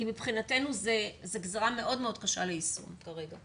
כי מבחינתנו זו גזרה מאוד קשה ליישום כרגע.